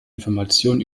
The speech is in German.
information